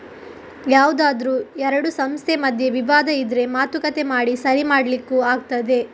ಯಾವ್ದಾದ್ರೂ ಎರಡು ಸಂಸ್ಥೆ ಮಧ್ಯೆ ವಿವಾದ ಇದ್ರೆ ಮಾತುಕತೆ ಮಾಡಿ ಸರಿ ಮಾಡ್ಲಿಕ್ಕೂ ಆಗ್ತದೆ